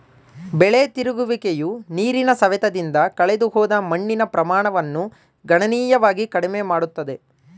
ಬೆಳೆ ತಿರುಗುವಿಕೆಯು ನೀರಿನ ಸವೆತದಿಂದ ಕಳೆದುಹೋದ ಮಣ್ಣಿನ ಪ್ರಮಾಣವನ್ನು ಗಣನೀಯವಾಗಿ ಕಡಿಮೆ ಮಾಡುತ್ತದೆ